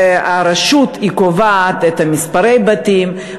הרשות קובעת את מספרי הבתים,